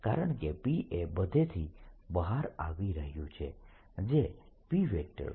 કારણકે P એ બધેથી બહાર આવી રહ્યું છે જે P